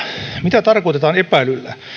mitä tarkoitetaan epäilyllä